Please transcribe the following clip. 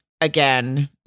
again